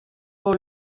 paul